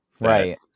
Right